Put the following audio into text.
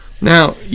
Now